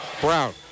Brown